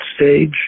stage